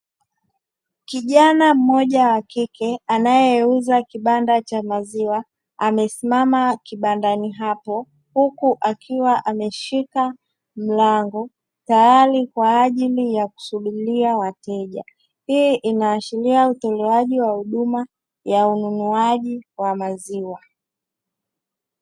Kijana mmoja wa kike anayeuza kibanda cha maziwa, amesimama kibandani hapo huku akiwa ameshika mlango, tayari kwa ajili ya kusubiria wateja. Hii inaashiria utolewaji wa huduma ya ununuaji wa maziwa.